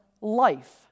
life